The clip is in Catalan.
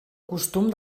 costum